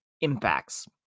impacts